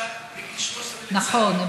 מגיל 13, נכון.